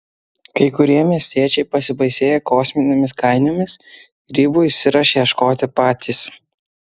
kai kurie miestiečiai pasibaisėję kosminėmis kainomis grybų išsiruošia ieškoti patys